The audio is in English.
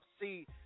See